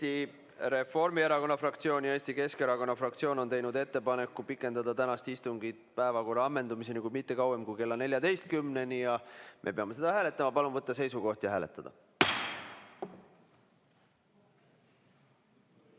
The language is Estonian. Eesti Reformierakonna fraktsioon ja Eesti Keskerakonna fraktsioon on teinud ettepaneku pikendada istungit päevakorra ammendumiseni, kuid mitte kauem kui kella 14‑ni. Me peame seda hääletama. Palun võtta seisukoht ja hääletada!